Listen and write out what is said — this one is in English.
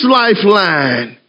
lifeline